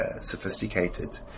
sophisticated